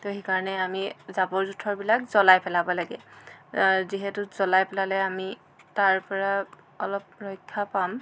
ত' সেইকাৰণে আমি জাবৰ জোঁথৰবিলাক জ্বলাই পেলাব লাগে যিহেতু জ্বলাই পেলালে আমি তাৰপৰা অলপ ৰক্ষা পাম